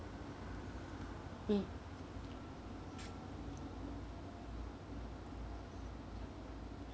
mm